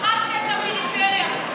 מחקתם את הפריפריה.